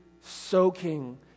soaking